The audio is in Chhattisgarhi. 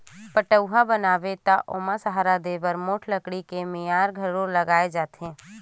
पठउहाँ बनाबे त ओला सहारा देय बर मोठ लकड़ी के मियार घलोक लगाए जाथे